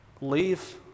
leave